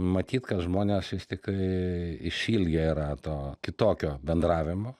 matyt kad žmonės vis tiktai išilgę yra to kitokio bendravimo